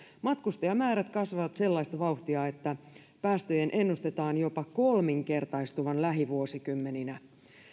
matkustajamäärät kasvavat sellaista vauhtia että päästöjen ennustetaan jopa kolminkertaistuvan lähivuosikymmeninä